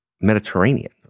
Mediterranean